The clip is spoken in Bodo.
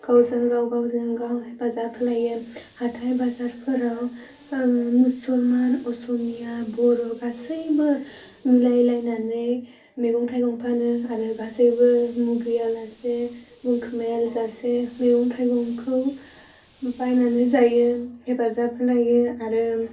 गावजों गाव गावजों गाव हेफाजाब होलायो हाथाइ बाजारफोराव मुसलमान असमिया बर' गासैबो मिलाय लायनानै मैगं थाइगं फानोे आरो गासैबो मुगैयालासे दोनखोमाया जासे मेगं थइगंखौ बायनानै जायो हेफाजाब होलायो आरो